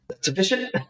sufficient